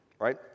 right